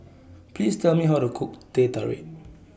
Please Tell Me How to Cook Teh Tarik